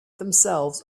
themselves